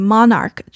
Monarch